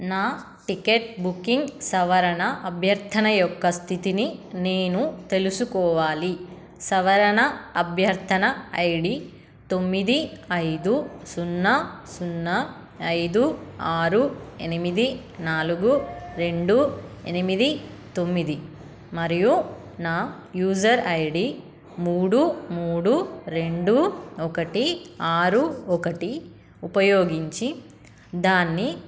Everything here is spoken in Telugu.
నా టికెట్ బుకింగ్ సవరణ అభ్యర్థన యొక్క స్థితిని నేను తెలుసుకోవాలి సవరణ అభ్యర్థన ఐడి తొమ్మిది ఐదు సున్నా సున్నా ఐదు ఆరు ఎనిమిది నాలుగు రెండు ఎనిమిది తొమ్మిది మరియు నా యూసర్ ఐడి మూడు మూడు రెండు ఒకటి ఆరు ఒకటి ఉపయోగించి దాన్ని